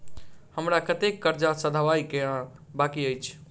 हमरा कतेक कर्जा सधाबई केँ आ बाकी अछि?